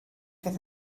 fydd